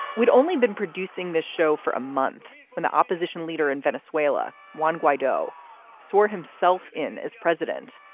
we'd only been producing this show for a month when the opposition leader in venezuela won whydo swore himself in as president.